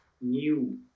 new